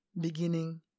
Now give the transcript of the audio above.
beginning